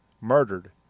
murdered